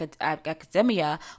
academia